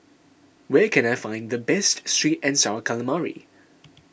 where can I find the best Sweet and Sour Calamari